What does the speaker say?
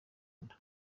nda